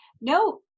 no